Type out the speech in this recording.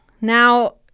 Now